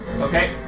Okay